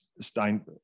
stein